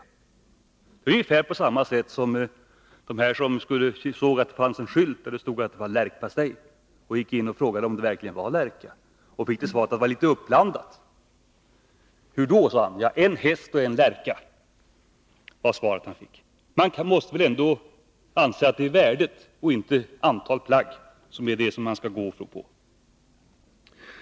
Det är ungefär på samma sätt som den handlande som hade en skylt som sade att han sålde lärkpastej. En person gick in och frågade om det verkligen var lärka. Han fick till svar att det var litet uppblandat. Hur då? frågades det. Jo, med hästkött. I vilka proportioner? Lika delar, sa handlarn, en häst och en lärka. Man måste väl ändå anse att det är värdet och inte antalet plagg man skall gå på.